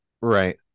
Right